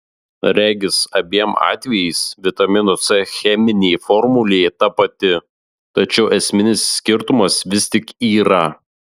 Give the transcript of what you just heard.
regis abiem atvejais vitamino c cheminė formulė ta pati tačiau esminis skirtumas vis tik yra